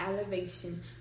elevation